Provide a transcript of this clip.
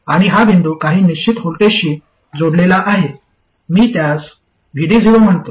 आणि हा बिंदू काही निश्चित व्होल्टेजशी जोडलेला आहे मी त्यास VD0 म्हणतो